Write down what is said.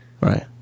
Right